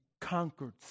Conquered